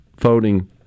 voting